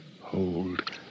hold